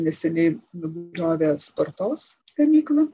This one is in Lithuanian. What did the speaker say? neseniai nugriovė spartos gamyklą